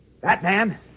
Batman